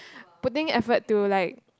putting effort to like